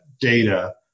data